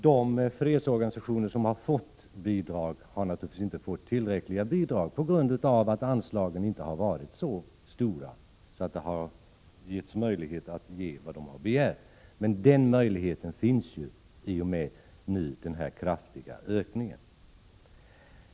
De fredsorganisationer till vilka man lämnat bidrag har naturligtvis inte fått tillräckliga bidrag, på grund av att anslagen inte varit så stora att det funnits möjlighet att ge dem vad de begärt. Den möjligheten finns nu i och med den kraftiga ökning som sker.